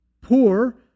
Poor